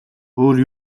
өөр